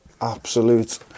Absolute